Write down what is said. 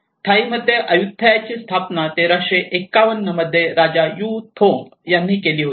थाईमध्ये अय्युथय़ाची स्थापना 1351 मध्ये राजा यू थोंग यांनी केली होती